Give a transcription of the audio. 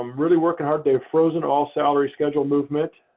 um really working hard. they've frozen all salary schedule movement.